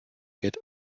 get